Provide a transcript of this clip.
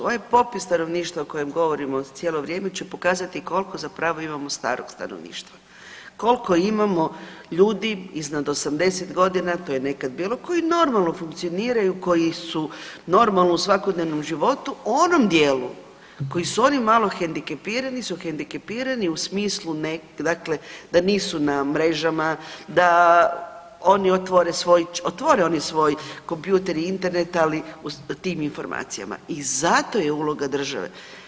Ovaj popis stanovništva o kojem govorimo cijelo vrijeme će pokazati koliko zapravo imamo starog stanovništva, koliko imamo ljudi iznad 80 godina, to je nekad bilo koji normalno funkcioniraju, koji su normalno u svakodnevnom životu u onom dijelu u kojem su oni malo hendikepirani su hendikepirani u smislu da nisu na mrežama, da oni otvore svoj kompjuter i Internet, ali u tim informacijama i zato je uloga države.